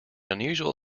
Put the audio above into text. unusual